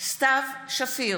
סתיו שפיר,